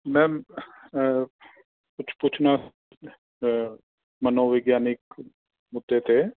ma'am ਕੁਛ ਪੁੱਛਣਾ ਮਨੋਵਿਗਿਆਨਿਕ ਮੁੱਦੇ 'ਤੇ